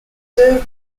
served